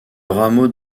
rameau